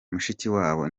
mushikiwabo